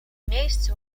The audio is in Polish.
miejscu